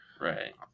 Right